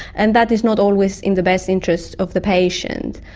and that is not always in the best interest of the patient.